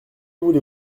voulez